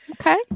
Okay